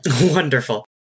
Wonderful